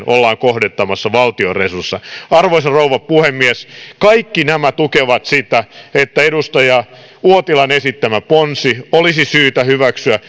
ollaan kohdentamassa valtion resursseja arvoisa rouva puhemies kaikki nämä tukevat sitä että edustaja uotilan esittämä ponsi olisi syytä hyväksyä